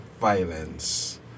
violence